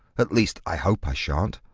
at least, i hope i shan't.